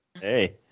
Hey